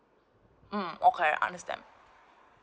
mm okay I understand